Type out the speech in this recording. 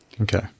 Okay